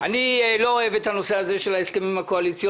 אני לא אוהב את הנושא הזה של ההסכמים הקואליציוניים.